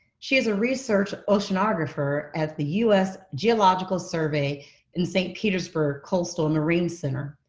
she is a research oceanographer at the us geological survey in st. petersburg coastal marine center.